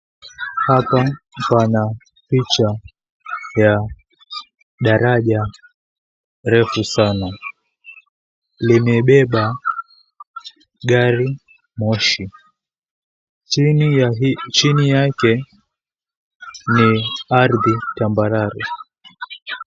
Hapa pana picha ya daraja refu sana. Limebeba garimoshi. Chini yake ni ardhi tambarare.